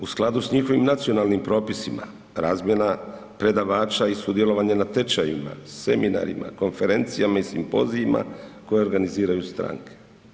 U skladu s njihovim nacionalnim propisima razmjena predavača i sudjelovanje na tečajevima, seminarima, konferencijama i simpozijima koje organiziraju stranke.